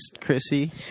Chrissy